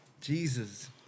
Jesus